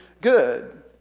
good